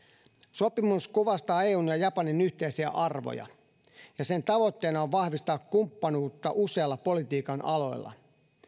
sopimus kuvastaa eun ja japanin yhteisiä arvoja ja sen tavoitteena on vahvistaa kumppanuutta useilla politiikan aloilla